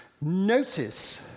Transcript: Notice